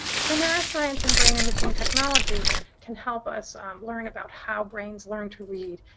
so neuroscience and brain imaging technology can help us learn about how brains learn to read.